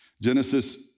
Genesis